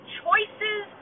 choices